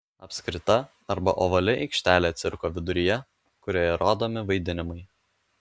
apskrita arba ovali aikštelė cirko viduryje kurioje rodomi vaidinimai